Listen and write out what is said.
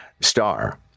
Star